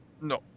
no